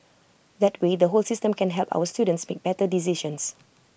that way the whole system can help our students make better decisions